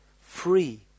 free